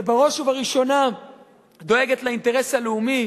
שבראש ובראשונה דואגת לאינטרס הלאומי,